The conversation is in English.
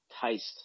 taste